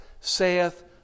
saith